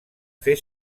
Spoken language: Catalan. fer